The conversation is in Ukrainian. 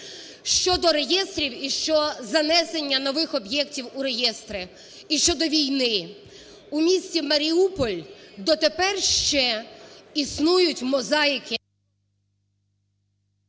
щодо реєстрів і щодо занесення нових об'єктів у реєстри, і щодо війни. У місті Маріуполь дотепер ще існують мозаїки…